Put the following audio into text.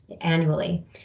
annually